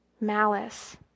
malice